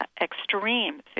extreme